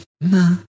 no